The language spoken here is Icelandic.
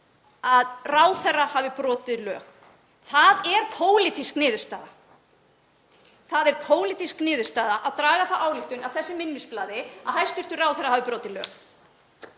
að ráðherra hafi brotið lög. Það er pólitísk niðurstaða. Það er pólitísk niðurstaða að draga þá ályktun af þessu minnisblaði að hæstv. ráðherra hafi brotið lög.